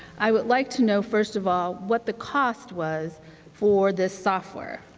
i would like to know, first of all, what the cost was for this software.